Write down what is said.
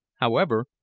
however,